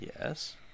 yes